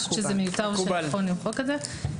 אני חושבת שזה מיותר ושנכון למחוק את זה.